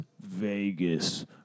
Vegas